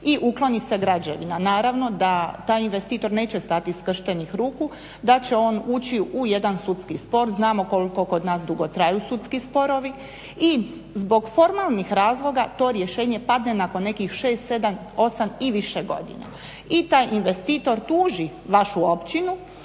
i ukloni se građevina, naravno da taj investitor neće stati skrštenih ruku, da će on ući u jedan sudski spor, znamo koliko kod nas dugo traju sudski sporovi i zbog formalnih razloga to rješenje padne nakon nekih 6,7,8 i više godina. I taj investitor tuži vašu općinu